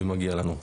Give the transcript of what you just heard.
ומגיע לנו.